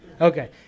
Okay